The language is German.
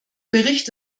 bericht